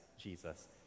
Jesus